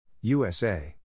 USA